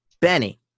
Benny